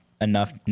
enough